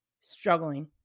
struggling